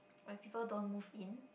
when people don't move in